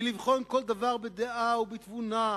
ולבחון כל דבר בדעה ובתבונה,